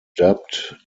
dubbed